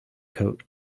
coat